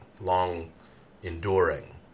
long-enduring